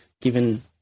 given